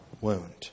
wound